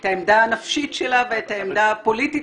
את העמדה הנפשית שלה ואת העמדה הפוליטית